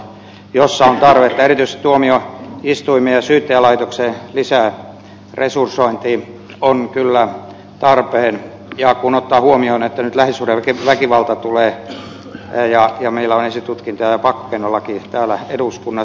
erityisesti tuomioistuimien ja syyttäjälaitoksen lisäresursointi on kyllä tarpeen kun ottaa huomioon lähisuhdeväkivallan ja sen että meillä on esitutkinta ja pakkokeinolaki täällä eduskunnassa